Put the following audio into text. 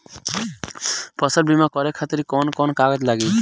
फसल बीमा करे खातिर कवन कवन कागज लागी?